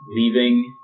leaving